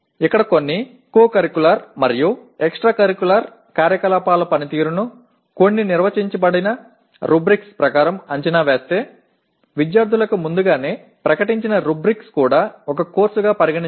இங்கே எந்தவொரு இணை பாடத்திட்ட மற்றும் கூடுதல் பாடத் திட்டத்திற்கு அப்பாற்பட்ட செயல்பாடுகளின் செயல்திறன் சில அறிவிக்கப்பட்ட விதிகளின்படி மதிப்பீடு செய்யப்பட்டால் மாணவர்களுக்கு முன்னேற்பாடாக அறிவிக்கப்பட்ட விதிகளும் ஒரு பாடமாக கருதப்படலாம்